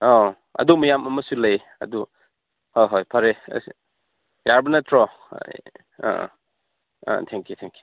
ꯑꯥ ꯑꯗꯨ ꯃꯌꯥꯝ ꯑꯃꯁꯨ ꯂꯩ ꯑꯗꯨ ꯍꯣꯏ ꯍꯣꯏ ꯐꯔꯦ ꯌꯥꯔꯕ ꯅꯠꯇ꯭ꯔꯣ ꯑꯥ ꯑꯥ ꯊꯦꯡ ꯌꯨ ꯊꯦꯡ ꯌꯨ